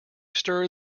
stir